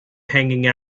hanging